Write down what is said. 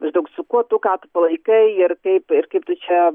maždaug su kuo tu ką tu palaikai ir kaip ir kaip tu čia